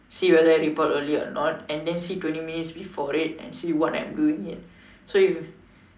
see whether I report early or not and then see twenty minutes before it and see what I'm doing it so you